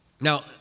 Now